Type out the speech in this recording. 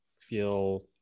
feel